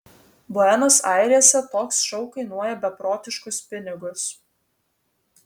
buenos airėse toks šou kainuoja beprotiškus pinigus